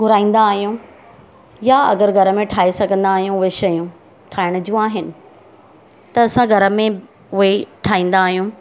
घुराईंदा आहियूं या अगरि घर में ठाहे सघंदा आहियूं उहे शयूं ठाहिण जूं आहिनि त असां घर में उहे ठाहींदा आहियूं